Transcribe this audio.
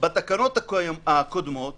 בתקנות הקודמות